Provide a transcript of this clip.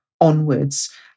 Onwards